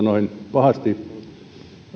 pahasti